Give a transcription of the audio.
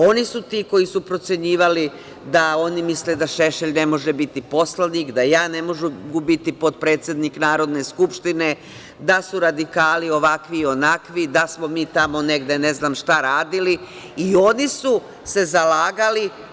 Oni su ti koji su procenjivali da oni misle da Šešelj ne može biti poslanik, da ja ne mogu biti potpredsednik Narodne skupštine, da su radikali ovakvi i onakvi, da smo mi tamo negde ne znam šta radili i oni su se zalagali.